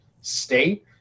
state